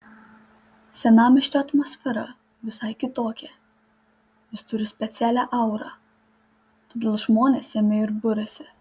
senamiesčio atmosfera visai kitokia jis turi specialią aurą todėl žmonės jame ir buriasi